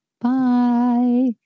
Bye